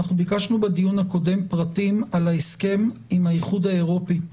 אנחנו ביקשנו בדיון הקודם פרטים על ההסכם עם האיחוד האירופי.